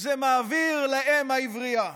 זה מעביר לאם העברייה?